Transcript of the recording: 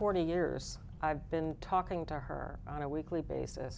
forty years i've been talking to her on a weekly basis